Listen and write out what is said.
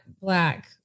black